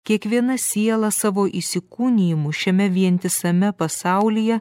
kiekviena siela savo įsikūnijimu šiame vientisame pasaulyje